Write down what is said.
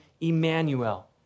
Emmanuel